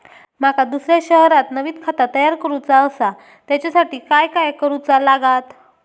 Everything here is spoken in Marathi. माका दुसऱ्या शहरात नवीन खाता तयार करूचा असा त्याच्यासाठी काय काय करू चा लागात?